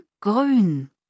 Grün